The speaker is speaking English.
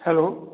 hello